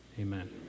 Amen